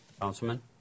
Councilman